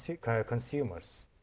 consumers